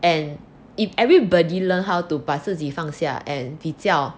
and if everybody learn how to 把自己放下 and 比较